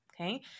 Okay